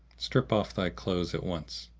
strip off thy clothes at once.